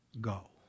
go